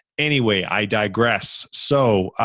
anyway, i digress. so,